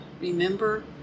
remember